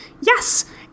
Yes